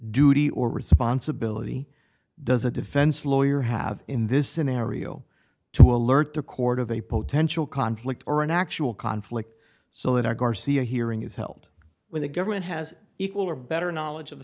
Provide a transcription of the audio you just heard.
duty or responsibility does a defense lawyer have in this scenario to alert the court of a potential conflict or an actual conflict so that our garcia hearing is held when the government has equal or better knowledge of the